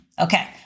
Okay